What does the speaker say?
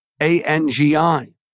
A-N-G-I